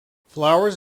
flowers